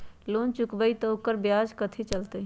Loan चुकबई त ओकर ब्याज कथि चलतई?